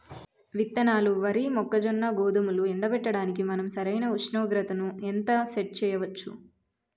విత్తనాలు వరి, మొక్కజొన్న, గోధుమలు ఎండబెట్టడానికి మనం సరైన ఉష్ణోగ్రతను ఎంత సెట్ చేయవచ్చు?